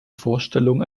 vorstellung